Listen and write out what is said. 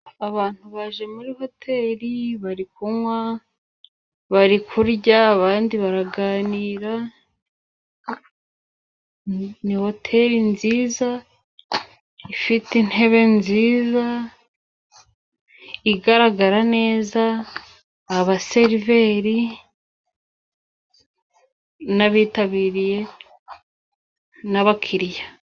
Abantu baje muri hoteri bari kunywa, bari kurya, abandi baraganira, ni hoteri nziza, ifite intebe nziza, igaragara neza, abaseriveri n'abitabiriye n'abakiriya.